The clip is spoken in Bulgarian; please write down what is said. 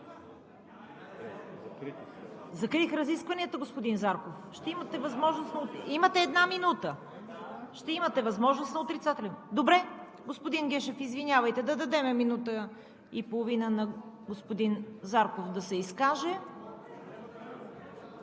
Закрих разискванията, господин Зарков. Имате една минута. Ще имате възможност на отрицателен вот. Добре, господин Гешев, извинявайте, да дадем минута и половина на господин Зарков да се изкаже.